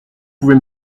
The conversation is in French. pouvez